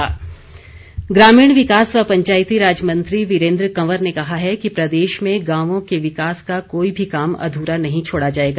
वीरेन्द्र कंवर ग्रामीण विकास व पंचायती राज मंत्री वीरेन्द्र कंवर ने कहा है कि प्रदेश में गांवों के विकास का कोई भी काम अध्रा नहीं छोड़ा जाएगा